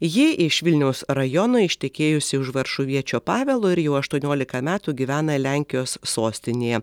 ji iš vilniaus rajono ištekėjusi už varšuviečio pavelo ir jau aštuoniolika metų gyvena lenkijos sostinėje